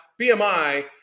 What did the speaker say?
BMI